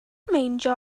meindio